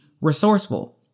resourceful